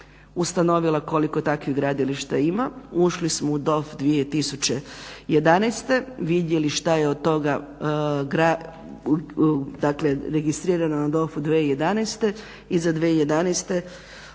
ustanovila koliko takvih gradilišta ima. Ušli smo u DOF 2011., vidjeli šta je od toga dakle registrirano na DOF-u 2011. i za 2011.